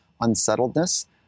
unsettledness